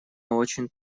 очень